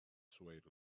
swayed